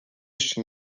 chez